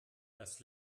das